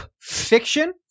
Fiction